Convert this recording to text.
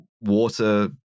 water